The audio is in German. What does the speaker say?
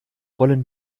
wollen